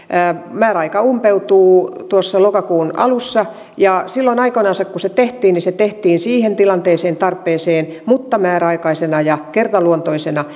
määräaika umpeutuu tuossa lokakuun alussa silloin aikoinansa kun se tehtiin se tehtiin siihen tilanteeseen tarpeeseen mutta määräaikaisena ja kertaluontoisena